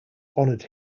honored